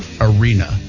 arena